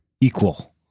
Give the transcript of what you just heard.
equal